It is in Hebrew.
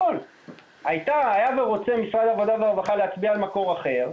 היה ורוצה משרד העבודה והרווחה להצביע על מקור אחר,